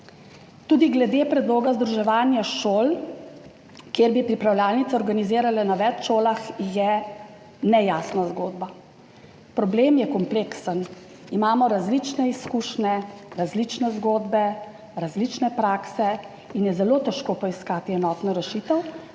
Tudi glede predloga združevanja šol, kjer bi pripravljalnice organizirale na več šolah, je nejasna zgodba. Problem je kompleksen. Imamo različne izkušnje, različne zgodbe, različne prakse in je zelo težko poiskati enotno rešitev,